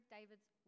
David's